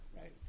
right